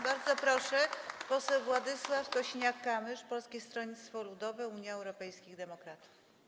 Bardzo proszę, poseł Władysław Kosiniak-Kamysz, Polskie Stronnictwo Ludowe - Unia Europejskich Demokratów.